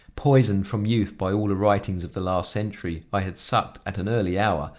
poisoned, from youth, by all the writings of the last century, i had sucked, at an early hour,